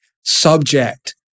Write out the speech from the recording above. subject